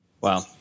Wow